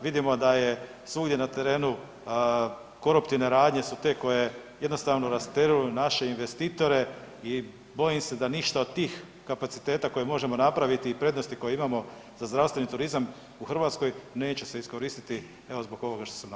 Vidimo da je svugdje na terenu koruptivne radnje su te koje jednostavno rastjeruju naše investitore i bojim se da ništa od tih kapaciteta koje možemo napraviti i prednosti koje imamo za zdravstveni turizam u Hrvatskoj neće se iskoristi evo zbog ovoga što sam naveo.